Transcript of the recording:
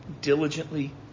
diligently